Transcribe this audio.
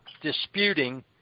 disputing